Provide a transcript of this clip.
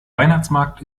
weihnachtsmarkt